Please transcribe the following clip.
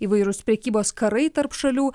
įvairūs prekybos karai tarp šalių